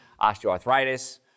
osteoarthritis